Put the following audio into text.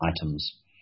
items